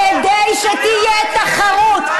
כדי שתהיה תחרות,